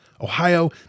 Ohio